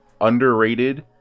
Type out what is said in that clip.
underrated